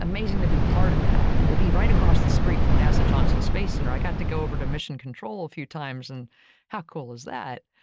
amazing to be part of that and to be right across the street from nasa johnson space center. i got to go over to mission control a few times and how cool is that?